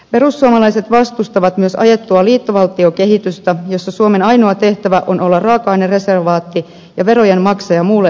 perussuomalaiset vastustavat myös ajettua liittovaltiokehitystä jossa suomen ainoa tehtävä on olla raaka ainereservaatti ja verojen maksaja muulle euroopalle